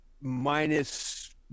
minus